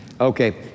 Okay